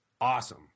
awesome